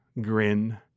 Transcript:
grin